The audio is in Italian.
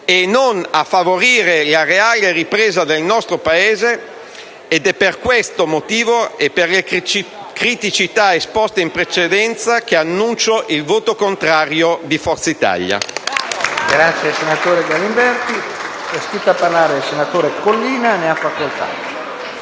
e non a favorire la reale ripresa del nostro Paese ed è per questo motivo e per le criticità esposte in precedenza che annuncio il voto contrario di Forza Italia.